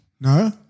No